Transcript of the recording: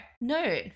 no